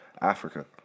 Africa